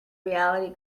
reality